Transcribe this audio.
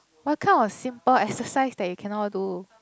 what kind of simple exercise that you cannot do